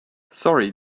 sorry